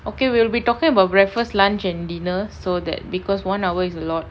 okay we'll be talking about breakfast lunch and dinner so that because one hour is a lot